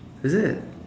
is it